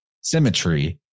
symmetry